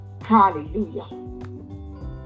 Hallelujah